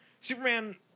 Superman